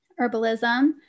herbalism